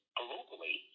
globally